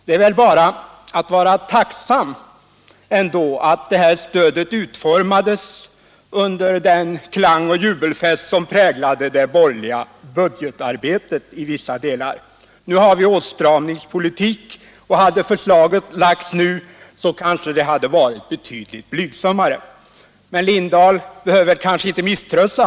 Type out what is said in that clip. Det är väl bara att vara tacksam för att det här stödet utformades under den klang och jubelfest som politik, och hade förslaget lagts nu kanske det hade varit betydligt blyg Onsdagen den sammare. Herr Lindahl behöver kanske inte misströsta.